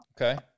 Okay